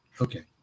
Okay